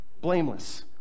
blameless